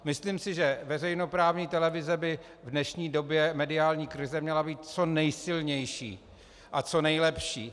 Myslím, že veřejnoprávní televize by v dnešní době mediální krize měla být co nejsilnější a co nejlepší.